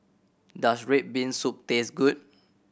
does red bean soup taste good